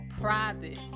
private